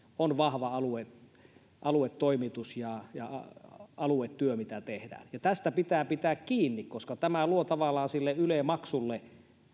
on vahva aluetoimitus ja ja aluetyö mitä tehdään ja tästä pitää pitää kiinni koska tämä luo tavallaan perusteita sille yle maksulle